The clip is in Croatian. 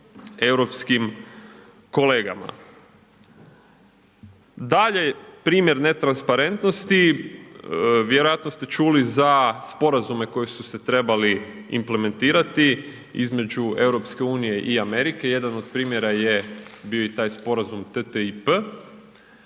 europskim kolegama. Dalje primjer netransparentnosti, vjerojatno ste čuli za sporazume koji su se trebali implementirati između EU i Amerike. Jedan od primjera je bio i taj Sporazum TTIP